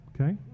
Okay